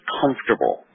comfortable